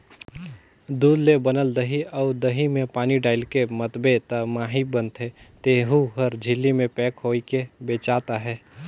दूद ले बनल दही अउ दही में पानी डायलके मथबे त मही बनथे तेहु हर झिल्ली में पेक होयके बेचात अहे